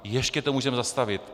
Ještě to můžeme zastavit.